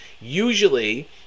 Usually